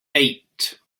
eight